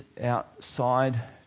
outside